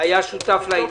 שהיה שותף לעניין הזה.